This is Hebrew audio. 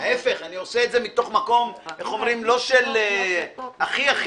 להיפך, אני עושה את זה ממקום הכי הכי.